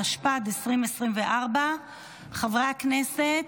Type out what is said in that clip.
התשפ"ד 2024. חברי הכנסת,